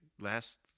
last